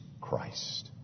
Christ